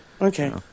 Okay